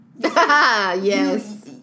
yes